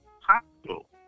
hospital